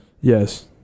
Yes